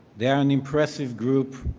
they are an impressive group,